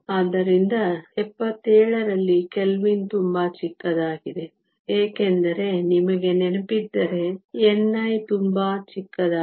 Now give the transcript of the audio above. ಆದ್ದರಿಂದ 77 ರಲ್ಲಿ ಕೆಲ್ವಿನ್ ತುಂಬಾ ಚಿಕ್ಕದಾಗಿದೆ ಏಕೆಂದರೆ ನಿಮಗೆ ನೆನಪಿದ್ದರೆ ni ತುಂಬಾ ಚಿಕ್ಕದಾಗಿದೆ